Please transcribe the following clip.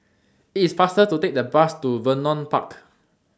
IT IS faster to Take The Bus to Vernon Park